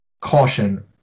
caution